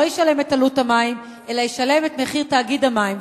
ישלם את עלות המים אלא את מחיר תאגיד המים.